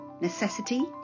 Necessity